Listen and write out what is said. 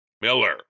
Miller